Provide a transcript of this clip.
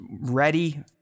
ready